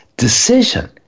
decision